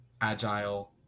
agile